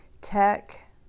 tech